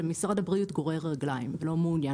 שמשרד הבריאות גורר רגליים ולא מעוניין